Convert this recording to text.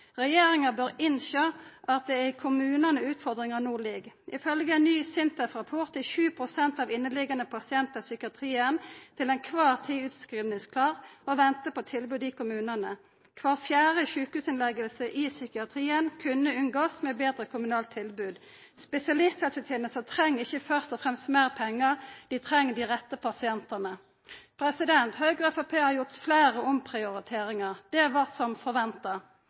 Regjeringa bør innsjå at det er i kommunane utfordringa no ligg. Ifølgje ein ny SINTEF-rapport er 7 pst. av alle inneliggjande pasientar i psykiatrien til einkvar tid utskrivingsklare og ventar på tilbod i kommunane. Kvar fjerde sjukehusinnlegging i psykiatrien kunne vore unngått med betre kommunale tilbod. Spesialisthelsetenesta treng ikkje først og fremst meir pengar – dei treng dei rette pasientane. Høgre og Framstegspartiet har gjort fleire omprioriteringar. Det var som forventa.